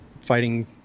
fighting